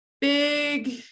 big